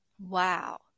Wow